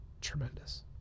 tremendous